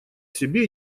себе